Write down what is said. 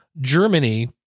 Germany